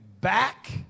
back